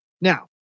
Now